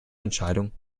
entscheidungen